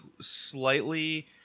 slightly